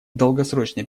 долгосрочной